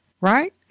right